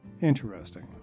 Interesting